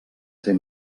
ser